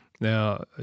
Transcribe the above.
Now